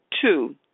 two